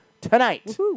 tonight